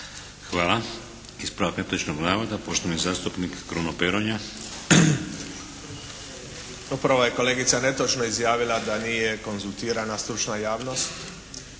Hvala. Ispravak netočnog navoda poštovani zastupnik Kruno Peronja. **Peronja, Kruno (HDZ)** Upravo je kolegica netočno izjavila da nije konzultirana stručna javnost